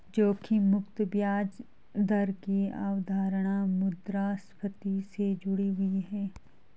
जोखिम मुक्त ब्याज दर की अवधारणा मुद्रास्फति से जुड़ी हुई है